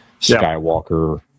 Skywalker